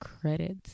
credits